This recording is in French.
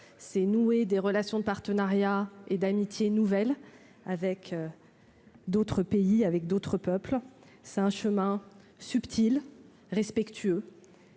c'est nouer des relations de partenariat et d'amitié nouvelle avec d'autres pays, avec d'autres peuples c'est un chemin subtil respectueux